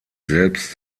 selbst